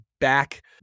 back